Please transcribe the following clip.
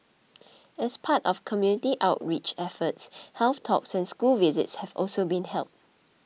as part of community outreach efforts health talks and school visits have also been held